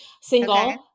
single